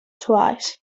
twice